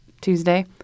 Tuesday